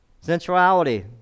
Sensuality